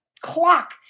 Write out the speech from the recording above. clock